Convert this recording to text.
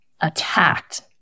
attacked